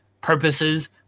purposes